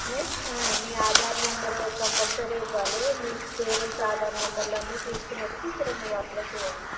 ఏ నీ Aadhaar number compulsory ఇవ్వాలి మీకు పేరెంట్స్ ఆధార్ నెంబర్లన్నీ తీసుకునొచ్చి ఇక్కడ నువ్వు అప్లై చెయ్యాలి